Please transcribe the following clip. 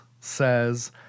says